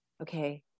okay